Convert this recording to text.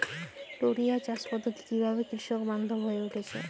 টোরিয়া চাষ পদ্ধতি কিভাবে কৃষকবান্ধব হয়ে উঠেছে?